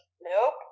Nope